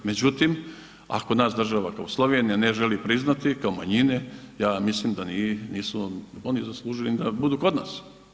Međutim, ako nas država kao Slovenija ne želi priznati, kao manjine, ja mislim da nisu oni zaslužili ni da budu kod nas.